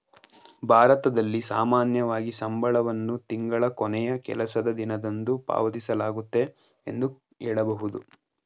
ಭಾರತದಲ್ಲಿ ಸಾಮಾನ್ಯವಾಗಿ ಸಂಬಳವನ್ನು ತಿಂಗಳ ಕೊನೆಯ ಕೆಲಸದ ದಿನದಂದು ಪಾವತಿಸಲಾಗುತ್ತೆ ಎಂದು ಹೇಳಬಹುದು